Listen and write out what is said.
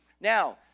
Now